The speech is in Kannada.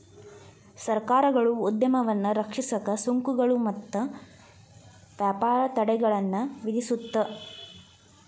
ಸರ್ಕಾರಗಳು ಉದ್ಯಮವನ್ನ ರಕ್ಷಿಸಕ ಸುಂಕಗಳು ಮತ್ತ ವ್ಯಾಪಾರ ತಡೆಗಳನ್ನ ವಿಧಿಸುತ್ತ